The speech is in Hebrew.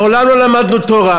מעולם לא למדנו תורה,